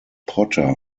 potter